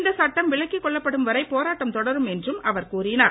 இந்த சட்டம் விலக்கிக் கொள்ளப்படும் வரை போராட்டம் தொடரும் என்றும் அவர் கூறினார்